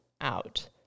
out